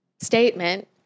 statement